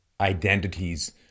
identities